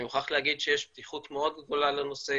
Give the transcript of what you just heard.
מוכרח להגיד שיש פתיחות מאוד גדולה לנושא,